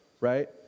right